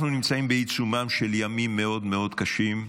אנחנו נמצאים בעיצומם של ימים מאוד מאוד קשים,